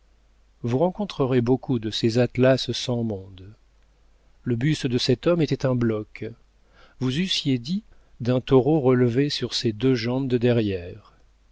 vous rencontrerez beaucoup de ces atlas sans monde le buste de cet homme était un bloc vous eussiez dit d'un taureau relevé sur ses deux jambes de derrière